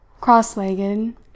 Cross-legged